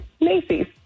Macy's